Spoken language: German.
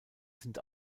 sind